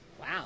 Wow